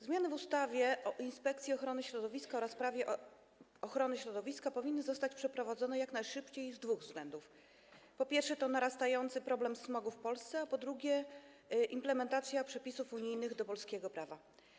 Zmiany w ustawie o Inspekcji Ochrony Środowiska oraz ustawie Prawo ochrony środowiska powinny zostać przeprowadzone jak najszybciej z dwóch względów: po pierwsze, ze względu na narastający problem smogu w Polsce, a po drugie, ze względu na implementację przepisów unijnych do polskiego prawa.